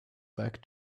back